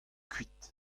kuit